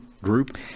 group